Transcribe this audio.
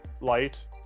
light